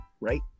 right